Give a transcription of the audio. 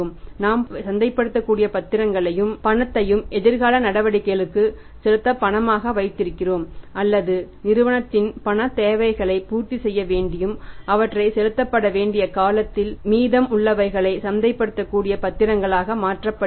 நாம் பணத்தையும் சந்தைப்படுத்தக்கூடிய பத்திரங்களையும் எதிர்கால நடவடிக்கைகளுக்கு செலுத்த பணமாக வைத்திருக்கிறோம் அல்லது நிறுவனத்தின் பணத் தேவைகளைப் பூர்த்திசெய்ய வேண்டியும் அவற்றை செலுத்தப்பட வேண்டிய காலத்தில் மீதம் உள்ளவைகளை சந்தைப்படுத்தக்கூடிய பத்திரங்களாக மாற்றப்படுகின்றன